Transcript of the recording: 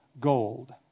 gold